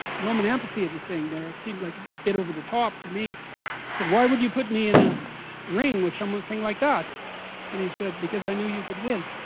roman amphitheater thing there it seemed like it over the top to me said why would you put me in a ring with some one thing like that and he said because i knew you could win